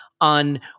on